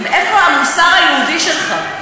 איפה המוסר היהודי שלך?